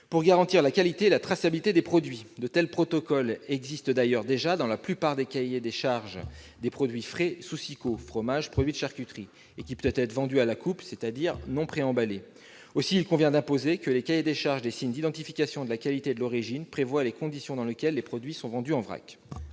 pour garantir la qualité et la traçabilité des produits. De tels protocoles existent d'ailleurs déjà dans la plupart des cahiers des charges des produits frais sous SIQO- fromage, charcuterie -qui peuvent être vendus à la coupe, c'est-à-dire non préemballés. Aussi, il convient d'imposer que les cahiers des charges des signes d'identification de la qualité et de l'origine prévoient les conditions, dans lesquelles les produits sont vendus en vrac.